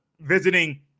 visiting